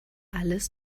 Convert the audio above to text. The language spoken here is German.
alles